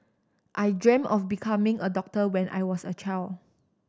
I dreamt of becoming a doctor when I was a child